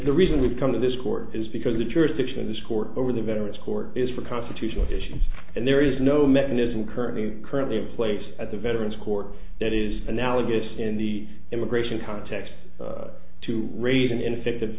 the reason we come to this court is because the jurisdiction of this court over the veterans court is for constitutional issues and there is no mechanism currently currently in place at the veterans court that is analogous in the immigration context to raising ineffect